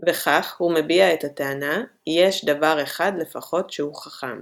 \ \forall xFx וכך הוא מביע את הטענה "יש דבר אחד לפחות שהוא חכם"